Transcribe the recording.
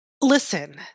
Listen